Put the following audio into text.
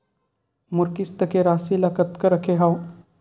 मोर किस्त के राशि ल कतका रखे हाव?